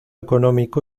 económico